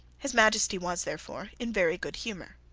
his majesty was therefore in very good humour.